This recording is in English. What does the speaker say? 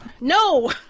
No